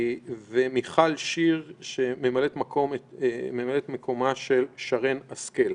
ומיכל שיר שממלאת את מקומה של שרן השכל.